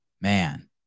Man